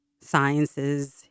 sciences